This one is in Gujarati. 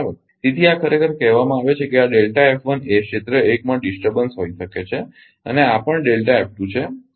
તેથી આ ખરેખર કહેવામાં આવે છે કે આ એ ક્ષેત્ર 1 માં ડિસ્ટર્બન્સ હોઈ શકે છે છે અને આ પણ છે ખરુ ને